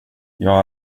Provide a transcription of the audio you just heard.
jag